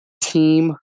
team